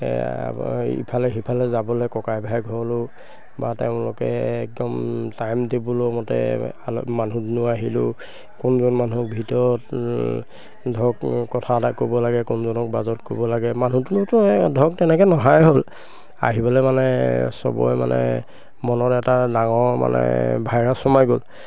ইফালে সিফালে যাবলৈ ককাই ভাই ঘৰলৈও বা তেওঁলোকে একদম টাইম টেবুলৰমতে আল মানুহ দুনুহ আহিলেও কোনজন মানুহক ভিতৰত ধৰক কথা এটা ক'ব লাগে কোনজনক বাজত ক'ব লাগে মানুহ দুনুহতো ধৰক তেনেকৈ নহাই হ'ল আহিবলৈ মানে চবৰে মানে মনত এটা ডাঙৰ মানে ভাইৰাছ সোমাই গ'ল